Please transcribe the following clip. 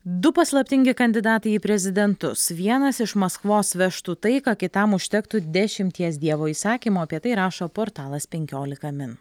du paslaptingi kandidatai į prezidentus vienas iš maskvos vežtų taiką kitam užtektų dešimties dievo įsakymų apie tai rašo portalas penkiolika min